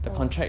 oh